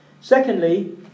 Secondly